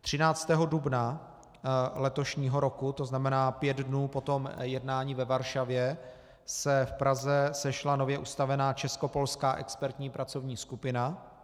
Dne 13. dubna letošního roku, to znamená pět dnů po tom jednání ve Varšavě, se v Praze sešla nově ustavená českopolská expertní pracovní skupina.